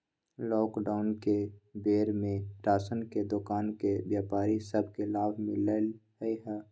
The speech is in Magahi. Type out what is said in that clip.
लॉकडाउन के बेर में राशन के दोकान के व्यापारि सभ के लाभ मिललइ ह